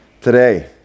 today